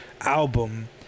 album